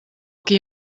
qui